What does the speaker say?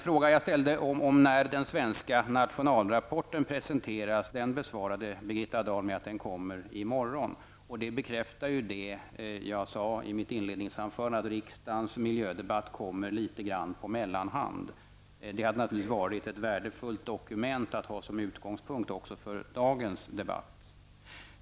Frågan när den svenska nationalrapporten presenteras besvarade Birgitta Dahl genom att säga att den kommer i morgon. Detta bekräftar ju vad jag sade i mitt inledningsanförande, nämligen att riksdagens miljödebatt kommer litet grand på mellanhand. Rapporten hade naturligtvis också varit ett värdefullt dokument som utgångspunkt för dagens debatt.